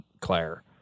Claire